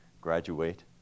graduate